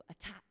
attack